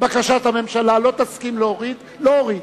בקשת הממשלה, לא תסכים להוריד, לא אוריד.